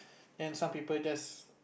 and some people just